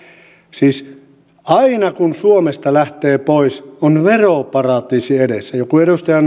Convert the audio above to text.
siis aina kun suomesta lähtee pois on veroparatiisi edessä joku edustaja